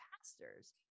pastors